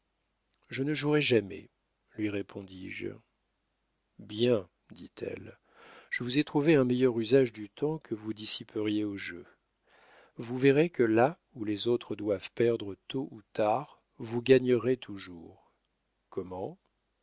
je ne jouerai jamais lui répondis-je bien dit-elle je vous ai trouvé un meilleur usage du temps que vous dissiperiez au jeu vous verrez que là où les autres doivent perdre tôt ou tard vous gagnerez toujours comment